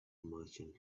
merchant